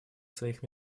своих